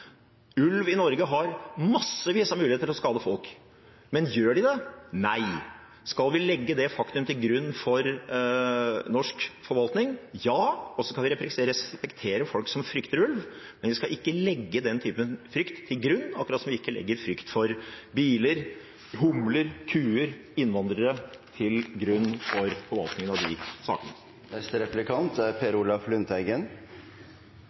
Ulv i Norge har massevis av muligheter til å skade folk, men gjør de det? Nei! Skal vi legge det faktumet til grunn for norsk forvaltning? Ja! Vi skal respektere folk som frykter ulv, men vi skal ikke legge den typen frykt til grunn – akkurat som at vi ikke legger frykt for biler, humler, kuer, innvandrere til grunn for forvaltningen av de sakene. Senterpartiet er